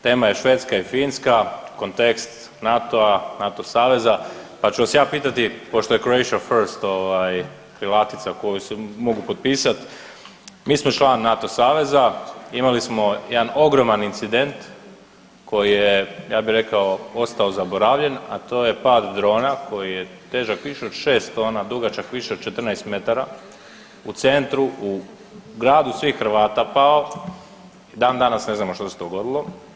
Tema je Švedska i Finska, kontekst NATO-a, NATO saveza, pa ću vas ja pitati pošto je Croatia first ovaj krilatica koju mogu potpisati, mi smo član NATO saveza imali smo jedan ogroman incident koji je ja bih rekao ostao zaboravljen, a to je pad drona koji je težak više od 6 tona, dugačak više od 14 metara, u centru u gradu svih Hrvata pao i dan danas ne znamo što se dogodilo.